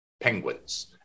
penguins